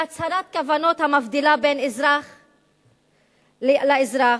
היא הצהרת כוונות המבדילה בין אזרח לאזרח,